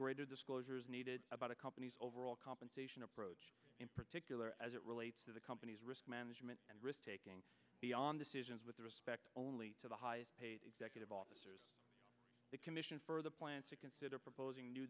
greater disclosure is needed about a company's overall compensation approach in particular as it relates to the company's risk management and risk taking beyond decisions with respect only to the highest paid executive officers the commission for the plan to consider proposing new